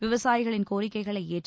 விவசாயிகளின் கோரிக்கைகளை ஏற்று